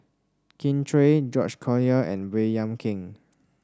Kin Chui George Collyer and Baey Yam Keng